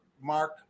Mark